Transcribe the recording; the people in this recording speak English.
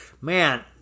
man